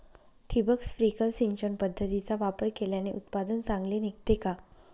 ठिबक, स्प्रिंकल सिंचन पद्धतीचा वापर केल्याने उत्पादन चांगले निघते का?